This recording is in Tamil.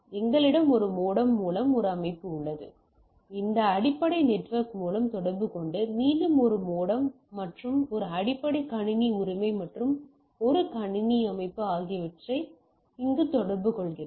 எங்களிடம் ஒரு மோடம் மூலம் ஒரு அமைப்பு உள்ளது இது இந்த அடிப்படை நெட்வொர்க் மூலம் தொடர்புகொண்டு மீண்டும் ஒரு மோடம் மற்றும் ஒரு அடிப்படை கணினி உரிமை மற்றும் ஒரு கணினி அமைப்பு ஆகியவற்றை இங்கு தொடர்பு கொள்கிறது